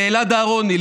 לאלעד אהרוני,